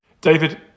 David